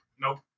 nope